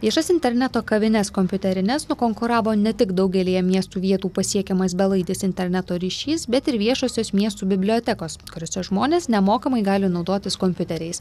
viešas interneto kavinės kompiuterines nukonkuravo ne tik daugelyje miestų vietų pasiekiamas belaidis interneto ryšys bet ir viešosios miestų bibliotekos kuriose žmonės nemokamai gali naudotis kompiuteriais